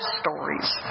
stories